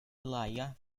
elijah